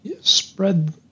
spread